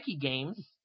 Games